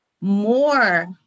more